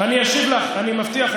אני אשיב לך, אני מבטיח.